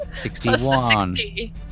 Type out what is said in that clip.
61